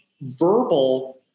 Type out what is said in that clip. verbal